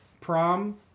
prom